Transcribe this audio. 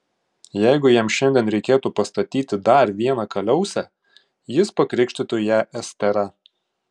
jeigu jam šiandien reikėtų pastatyti dar vieną kaliausę jis pakrikštytų ją estera